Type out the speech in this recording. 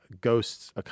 ghosts